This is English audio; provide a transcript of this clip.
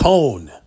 Cone